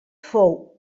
fou